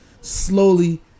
slowly